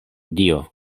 dio